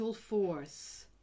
force